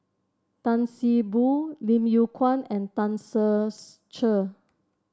Tan See Boo Lim Yew Kuan and Tan Ser Cher